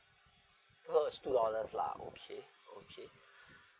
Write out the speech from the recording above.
two dollars lah okay okay